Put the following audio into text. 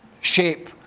shape